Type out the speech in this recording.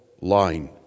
line